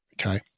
Okay